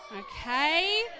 Okay